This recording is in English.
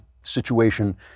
situation